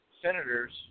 senators